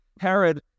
Herod